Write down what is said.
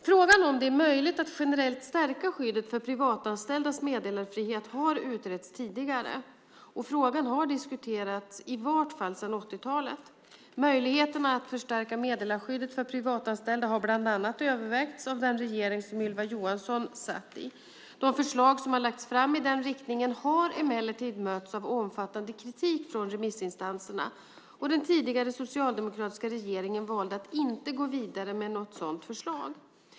Frågan om det är möjligt att generellt stärka skyddet för privatanställdas meddelarfrihet har utretts tidigare, och frågan har diskuterats i varje fall sedan 1980-talet. Möjligheterna att förstärka meddelarskyddet för privatanställda har bland annat övervägts av den regering som Ylva Johansson satt i. De förslag som har lagts fram i den riktningen har emellertid mötts av omfattande kritik från remissinstanserna, och den tidigare socialdemokratiska regeringen valde att inte gå vidare med något sådant förslag.